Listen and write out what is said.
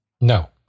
No